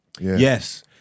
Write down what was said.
Yes